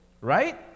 right